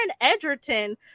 Edgerton